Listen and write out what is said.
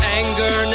anger